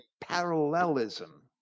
parallelism